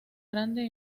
grande